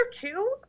two